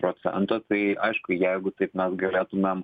procento tai aišku jeigu taip mes galėtumėm